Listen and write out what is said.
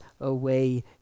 away